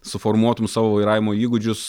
suformuotum savo vairavimo įgūdžius